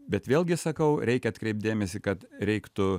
bet vėlgi sakau reikia atkreipt dėmesį kad reiktų